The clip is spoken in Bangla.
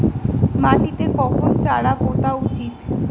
মাটিতে কখন চারা পোতা উচিৎ?